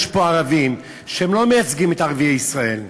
יש פה ערבים שלא מייצגים את ערביי ישראל,